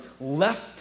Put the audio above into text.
left